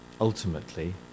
ultimately